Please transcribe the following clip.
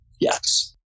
Yes